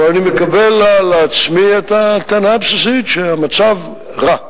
אבל אני מקבל על עצמי את הטענה הבסיסית שהמצב רע.